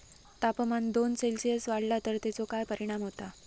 तापमान दोन सेल्सिअस वाढला तर तेचो काय परिणाम होता?